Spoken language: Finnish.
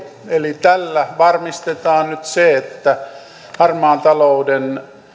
eli tällä varmistetaan nyt se että harmaan talouden